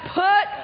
put